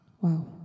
Wow